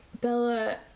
Bella